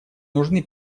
нужны